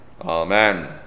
Amen